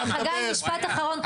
חגי משפט אחרון,